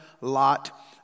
Lot